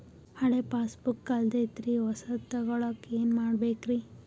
ಹಳೆ ಪಾಸ್ಬುಕ್ ಕಲ್ದೈತ್ರಿ ಹೊಸದ ತಗೊಳಕ್ ಏನ್ ಮಾಡ್ಬೇಕರಿ?